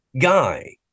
guy